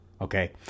Okay